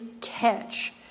catch